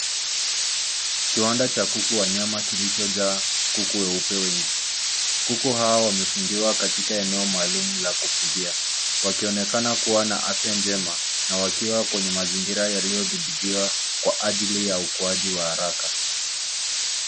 Kiwanda cha kuku wanyama kilichojaa kuku weupe wengi. Kuku hawa wamefungiwa katika eneo maalum la kufugia, wakionekana kuwa na afya njema na wakiwa kwenye mazingira yaliyodhibitiwa kwa ajili ya ukuaji wa haraka.